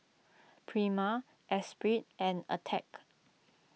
Prima Esprit and Attack